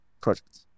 project